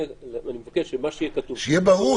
אני מבקש שמה שיהיה כתוב --- שיהיה ברור